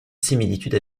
similitudes